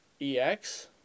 EX